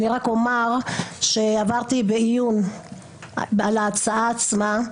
אני רק אומר שעברתי בעיון על ההצעה עצמה,